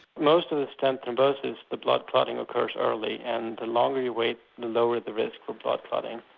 most of the stent thrombosis the blood clotting occurs early and the longer you wait, the lower the risk of blood clotting.